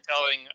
telling